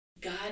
God